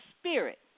spirit